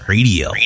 Radio